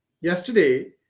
Yesterday